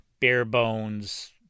bare-bones